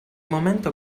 momento